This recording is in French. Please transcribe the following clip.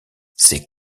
ces